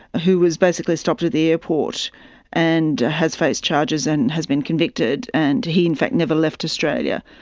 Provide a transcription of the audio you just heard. who was basically stopped at the airport and has faced charges and has been convicted, and he in fact never left australia.